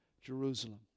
Jerusalem